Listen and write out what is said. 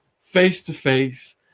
face-to-face